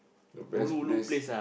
the best place